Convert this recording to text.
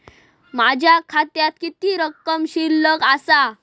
माझ्या खात्यात किती रक्कम शिल्लक आसा?